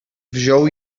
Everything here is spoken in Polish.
wziął